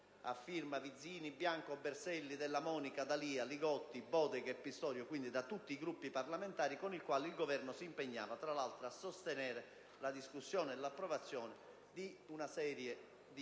senatori Vizzini, Bianco, Berselli, Della Monica, D'Alia, Li Gotti, Bodega e Pistorio (espressione quindi di tutti i Gruppi parlamentari), con il quale il Governo si impegnava, tra l'altro, a sostenere la discussione e l'approvazione di una serie di